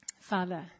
Father